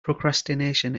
procrastination